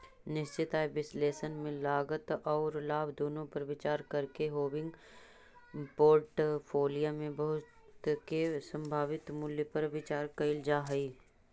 निश्चित आय विश्लेषण में लागत औउर लाभ दुनो पर विचार कईके हेविंग पोर्टफोलिया में वस्तु के संभावित मूल्य पर विचार कईल जा हई